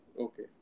Okay